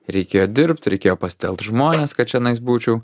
reikėjo dirbt reikėjo pasitelkt žmones kad čianais būčiau